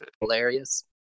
hilarious